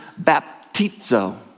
baptizo